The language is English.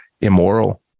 immoral